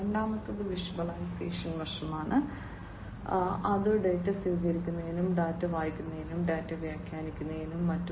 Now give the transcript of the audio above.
രണ്ടാമത്തേത് വിഷ്വലൈസേഷൻ വശമാണ് അത് ഡാറ്റ സ്വീകരിക്കുന്നതും ഡാറ്റ വായിക്കുന്നതും ഡാറ്റ വ്യാഖ്യാനിക്കുന്നതും മറ്റും